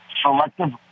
Selective